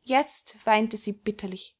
jetzt weinte sie bitterlich